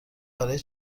برای